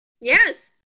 Yes